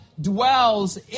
dwells